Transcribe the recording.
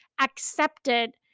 accepted